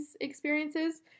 experiences